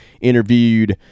interviewed